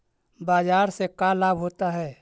बाजार से का लाभ होता है?